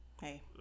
Hey